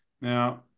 Now